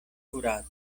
akurate